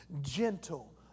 gentle